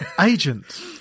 agent